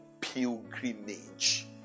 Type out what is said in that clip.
pilgrimage